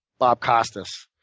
bob kostis,